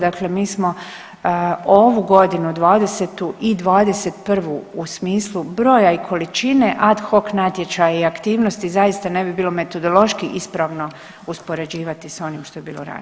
Dakle, mi smo ovu godinu 2020. i 2021. u smislu broja i količine ad hoc natječaja i aktivnosti zaista ne bi bilo metodološki ispravno uspoređivati sa onim što je bilo ranije.